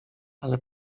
ale